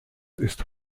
ist